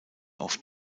oft